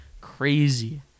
crazy